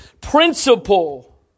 principle